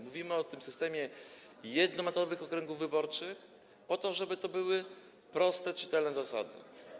Mówimy o tym systemie jednomandatowych okręgów wyborczych po to, żeby to były proste, czytelne zasady.